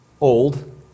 old